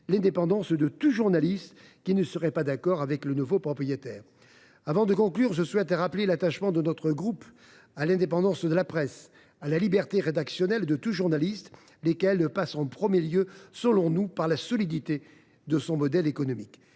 l’indépendance de tout journaliste qui ne serait pas en accord avec un nouveau propriétaire. Avant de conclure, je souhaite rappeler l’attachement des membres du groupe Union Centriste à l’indépendance de la presse et à la liberté rédactionnelle de tout journaliste, lesquelles passent en premier lieu, selon nous, par la solidité du modèle économique.